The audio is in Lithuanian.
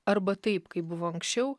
arba taip kaip buvo anksčiau